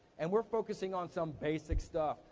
and we're focusing on some basic stuff.